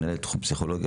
מנהלת תחום פסיכולוגיה,